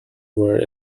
were